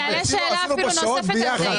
אני אעלה שאלה אפילו נוספת על זה.